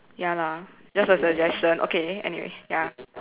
ya lah just a suggestion okay anyway ya